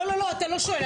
לא, לא, אתה לא שואל.